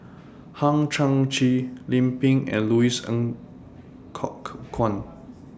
Hang Chang Chieh Lim Pin and Louis Ng Kok Kwang